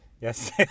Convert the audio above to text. Yes